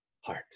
heart